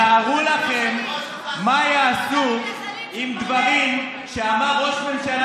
תארו לכם מה יעשו עם דברים שאמר ראש ממשלה